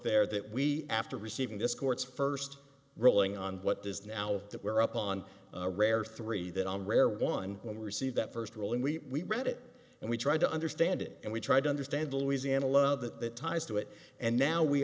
there that we after receiving this court's first ruling on what does now that we're up on a rare three that on rare one when we receive that first ruling we read it and we try to understand it and we try to understand louisiana love it that ties to it and now we